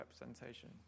representation